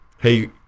Hey